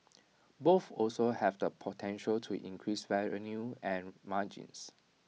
both also have the potential to increase revenue and margins